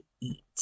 eat